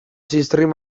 ziztrin